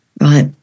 right